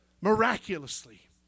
Miraculously